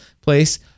place